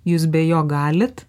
jūs be jo galit